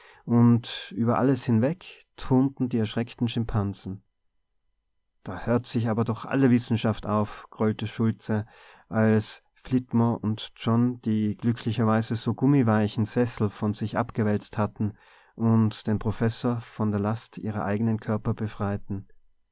und über alles hinweg turnten die erschreckten schimpansen da hört sich aber doch alle wissenschaft auf grollte schultze als flitmore und john die glücklicherweise so gummiweichen sessel von sich abgewälzt hatten und den professor von der last ihrer eigenen körper befreiten